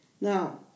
Now